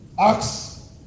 Acts